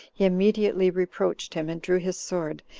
he immediately reproached him, and drew his sword,